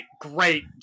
Great